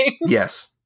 Yes